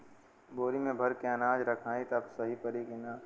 बोरी में भर के अनाज रखायी त सही परी की ना?